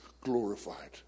glorified